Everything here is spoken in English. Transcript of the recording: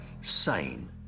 sane